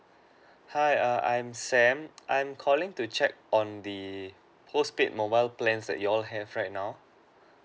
hi err I'm sam I'm calling to check on the postpaid mobile plans that you all have right now